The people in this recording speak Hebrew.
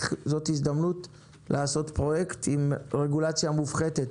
זאת הזדמנות לעשות פרויקט עם רגולציה מופחתת.